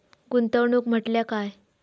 गुंतवणूक म्हटल्या काय?